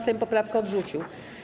Sejm poprawkę odrzucił.